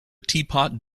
teapot